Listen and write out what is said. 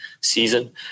season